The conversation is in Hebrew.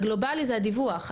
הגלובלי זה הדיווח.